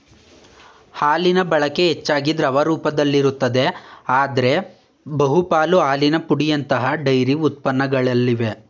ಹಾಲಿನಬಳಕೆ ಹೆಚ್ಚಾಗಿ ದ್ರವ ರೂಪದಲ್ಲಿರುತ್ತದೆ ಆದ್ರೆ ಬಹುಪಾಲು ಹಾಲಿನ ಪುಡಿಯಂತಹ ಡೈರಿ ಉತ್ಪನ್ನಗಳಲ್ಲಿದೆ